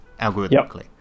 algorithmically